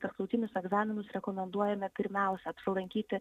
tarptautinius egzaminus rekomenduojame pirmiausia apsilankyti